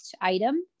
item